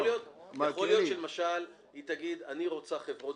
יכול להיות שהיא תגיד שהיא רוצה חברות